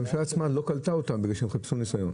הממשלה עצמה לא קלטה אותן בגלל שהן חסרי ניסיון.